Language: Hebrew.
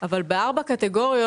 בארי,